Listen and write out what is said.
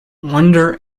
wonder